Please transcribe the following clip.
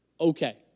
okay